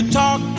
talk